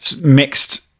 mixed